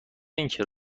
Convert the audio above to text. اینکه